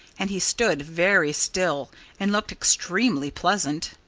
and he stood very still and looked extremely pleasant.